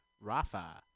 Rafa